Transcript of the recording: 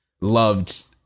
loved